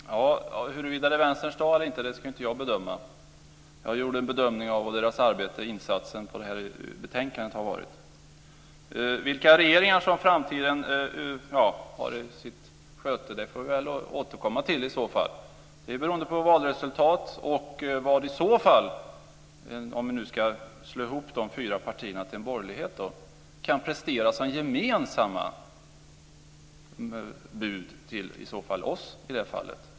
Fru talman! Huruvida det är Vänsterns dag eller inte ska inte jag bedöma. Jag gjorde en bedömning av hur Vänsterns arbetsinsats i betänkandet har varit. Vilka regeringar som framtiden har i sitt sköte får vi väl återkomma till. Det beror på valresultat och på vad i så fall borgerligheten - om vi nu ska slå ihop de fyra partierna till en borgerlighet - kan prestera som gemensamma bud till oss, i det fallet.